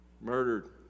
murdered